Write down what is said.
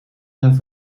zijn